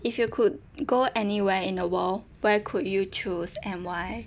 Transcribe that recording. if you could go anywhere in the world where could you choose and why